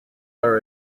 are